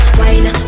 wine